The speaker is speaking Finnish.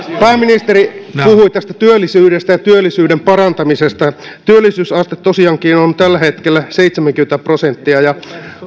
pääministeri puhui työllisyydestä ja työllisyyden parantamisesta työllisyysaste tosiaankin on tällä hetkellä seitsemänkymmentä prosenttia ja